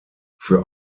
für